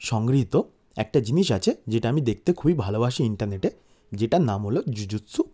সংগৃহীত একটা জিনিস আছে যেটা আমি দেখতে খুবই ভালবাসি ইন্টারনেটে যেটার নাম হলো জুজুৎসু